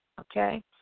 okay